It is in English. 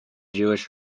jewish